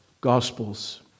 gospels